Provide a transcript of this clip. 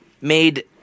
made